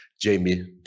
Jamie